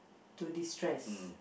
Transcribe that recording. to destress